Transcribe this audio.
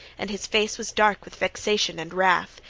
and his face was dark with vexation and wrath.